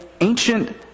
ancient